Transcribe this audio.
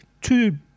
two